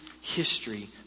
history